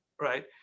right